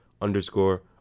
underscore